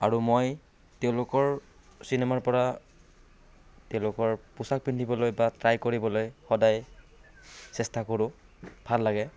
আৰু মই তেওঁলোকৰ চিনেমাৰ পৰা তেওঁলোকৰ পোছাক পিন্ধিবলৈ বা ট্ৰাই কৰিবলৈ সদায় চেষ্টা কৰোঁ ভাল লাগে